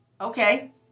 Okay